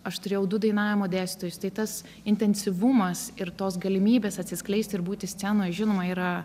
aš turėjau du dainavimo dėstytojus tai tas intensyvumas ir tos galimybės atsiskleisti ir būti scenoj žinoma yra